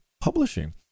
Publishing